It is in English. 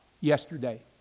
yesterday